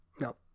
no